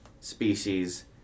species